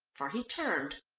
for he turned,